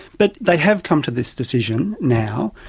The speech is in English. but they have come to this decision now,